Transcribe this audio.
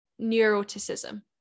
neuroticism